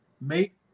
make